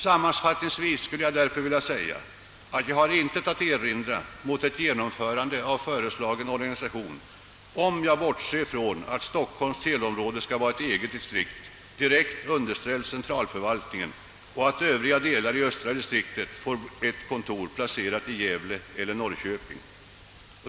Sammanfattningsvis skulle jag därför vilja säga, att jag inte har någonting att erinra mot ett genomförande av den föreslagna organisationen, om jag bortser från att Stockholms teleområde bör utgöra ett eget distrikt, direkt underställt den centrala förvaltningen, och att övriga delar av östra distriktet får ett kontor i Gävle eller Norrköping.